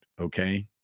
Okay